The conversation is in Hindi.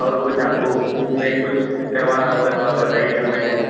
और कुछ आपको इसमें कुछ करवाना होगा तो बताइयेगा मैनेज